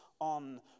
on